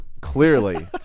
clearly